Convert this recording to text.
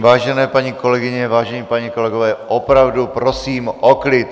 Vážené paní kolegyně, vážení páni kolegové, opravdu prosím o klid.